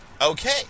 Okay